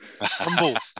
Humble